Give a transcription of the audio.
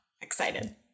Excited